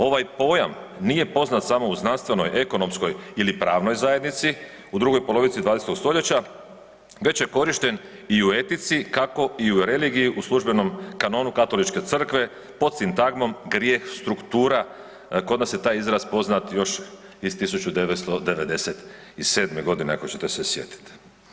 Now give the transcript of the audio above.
Ovaj pojam nije poznat samo u znanstvenoj, ekonomskoj ili pravnoj zajednici u drugoj polovici 20. stoljeća već je korišten i u etici kako i u religiji u službenom kanonu katoličke crkve pod sintagmom „grijeh struktura“ kod nas je taj izraz poznat još iz 1997.g. ako ćete se sjetit.